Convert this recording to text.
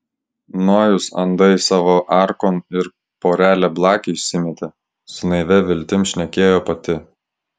nojus andai savo arkon ir porelę blakių įsimetė su naivia viltim šnekėjo pati